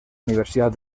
universidad